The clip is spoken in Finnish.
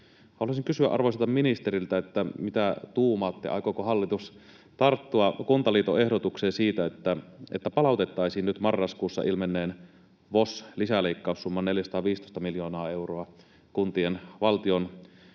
Haluaisin kysyä arvoisalta ministeriltä: mitä tuumaatte, aikooko hallitus tarttua Kuntaliiton ehdotukseen siitä, että palautettaisiin nyt marraskuussa ilmenneen VOS-lisäleikkaussumman 415 miljoonaa euroa kuntien